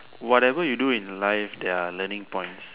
whatever you do in life there are learning points